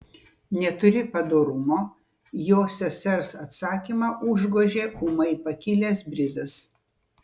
neturi padorumo jo sesers atsakymą užgožė ūmai pakilęs brizas